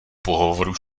pohovoru